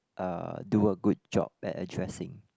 uh do a good job at addressing